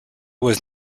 was